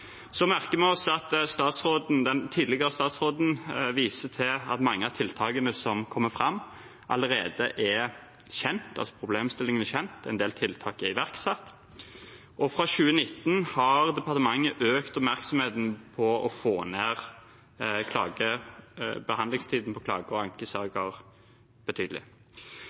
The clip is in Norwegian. Så merker vi oss at den tidligere statsråden viser til at mange av tiltakene som kommer fram, allerede er kjent, at problemstillingene er kjent, og at en del tiltak er iverksatt. Fra 2019 har departementet økt oppmerksomheten på å få ned behandlingstiden for klage- og ankesaker betydelig.